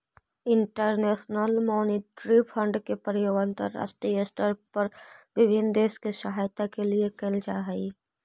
international monetary fund के प्रयोग अंतरराष्ट्रीय स्तर पर विभिन्न देश के सहायता के लिए भी कैल जा हई